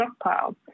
stockpile